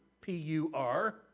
P-U-R